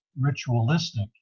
ritualistic